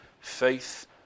faith